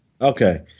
Okay